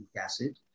acid